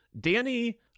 Danny